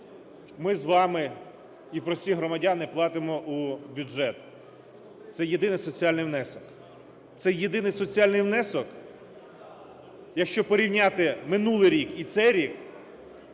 ми з вами і прості громадяни платимо у бюджет, це єдиний соціальний внесок. Цей єдиний соціальний внесок, якщо порівняти минулий рік і цей рік,